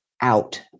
out